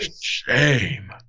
Shame